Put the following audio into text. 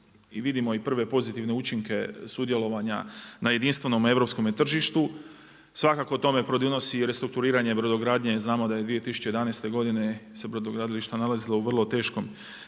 vidimo i prve pozitivne učinke sudjelovanja na jedinstvenom europskome tržištu, svakako tome pridonosi i restrukturiranje i brodogradnje, jer znamo da je 2011. godine, se brodogradilište nalazilo u vrlo teškoj